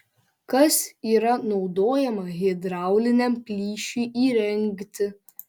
kas yra naudojama hidrauliniam plyšiui įrengti